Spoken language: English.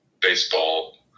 baseball